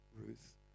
Ruth